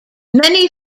many